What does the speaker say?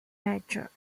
nature